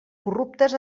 corruptes